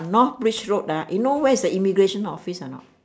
north bridge road ah you know where is the immigration office or not